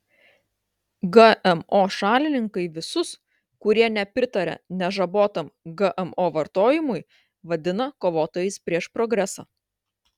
gmo šalininkai visus kurie nepritaria nežabotam gmo vartojimui vadina kovotojais prieš progresą